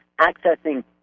accessing